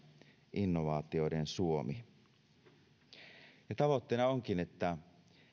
innovaatioiden suomi tavoitteena onkin että